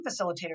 facilitator